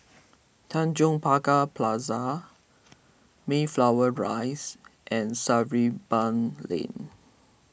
Tanjong Pagar Plaza Mayflower Rise and Sarimbun Lane